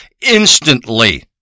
instantly